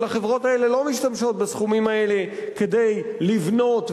אבל החברות האלה לא משתמשות בסכומים האלה כדי לבנות,